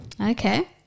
Okay